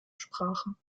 sprachen